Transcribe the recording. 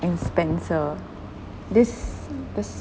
and spencer this this